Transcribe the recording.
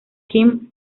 kim